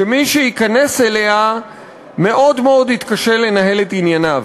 שמי שייכנס אליה מאוד מאוד יתקשה לנהל את ענייניו.